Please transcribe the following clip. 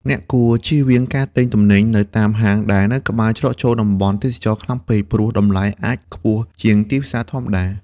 អ្នកគួរជៀសវាងការទិញទំនិញនៅតាមហាងដែលនៅក្បែរច្រកចូលតំបន់ទេសចរណ៍ខ្លាំងពេក ព្រោះតម្លៃអាចខ្ពស់ជាងទីផ្សារធម្មតា។